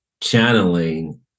channeling